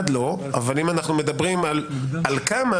אבל אם אנחנו מדברים על כמה